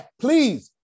please